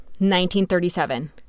1937